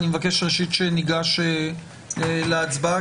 אני מבקש שניגש להצבעה,